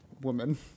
woman